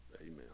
Amen